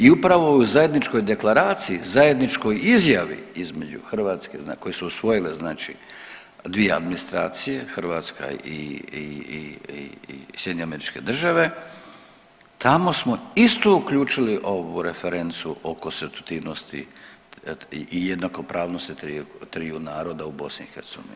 I upravo u zajedničkoj deklaraciji, zajedničkoj izjavi između Hrvatske koje su usvojile znači dvije administracije Hrvatska i i i i i SAD, tamo smo isto uključili ovu referencu o konstitutivnosti i jednakopravnosti triju naroda u BiH.